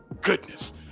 goodness